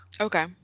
Okay